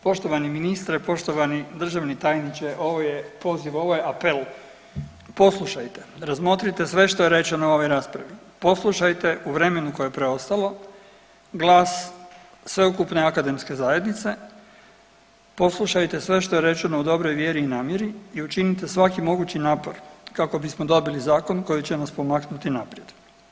Poštovani ministre i poštovani državni tajniče, ovo je poziv, ovo je apel, poslušajte, razmotrite sve što je rečeno u ovoj raspravi, poslušajte u vremenu koje je preostalo, glas sveukupne akademske zajednice, poslušajte sve što je rečeno u dobroj vjeri i namjeri i učinite svaki mogući napor kako bismo dobili zakon koji će nas pomaknuti naprijed.